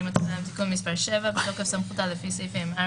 אני מתחילה עם תיקון מס' 7. "בתוקף סמכותה לפי סעיפים 4,